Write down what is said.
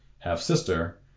half-sister